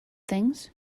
things